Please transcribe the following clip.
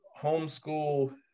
homeschool